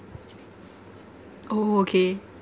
oh oh okay